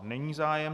Není zájem.